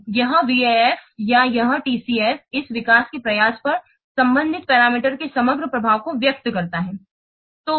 तो यह VAF या यह TCF यह विकास के प्रयास पर संबंधित पैरामीटर के समग्र प्रभाव को व्यक्त करता है